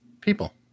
People